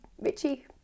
Richie